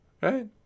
right